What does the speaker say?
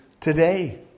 today